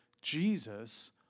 Jesus